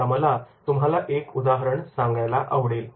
आता मला तुम्हाला एक उदाहरण सांगायला आवडेल